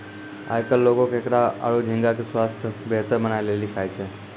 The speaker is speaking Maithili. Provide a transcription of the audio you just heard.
आयकल लोगें केकड़ा आरो झींगा के स्वास्थ बेहतर बनाय लेली खाय छै